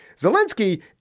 Zelensky